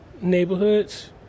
neighborhoods